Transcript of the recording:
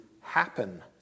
happen